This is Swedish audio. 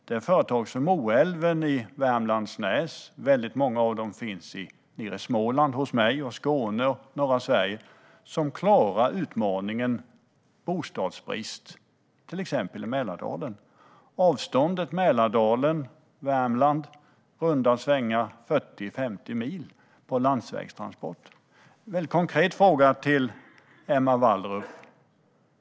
Det är företag som Moelven i Värmlandsnäs - väldigt många av dem finns nere hos mig i Småland, i Skåne och i norra Sverige - som klarar utmaningen med bostadsbrist i till exempel Mälardalen. Avståndet mellan Mälardalen och Värmland är i runda svängar 40-50 mil på landsvägstransport. Jag har en konkret fråga till Emma Wallrup.